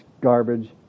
garbage